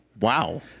Wow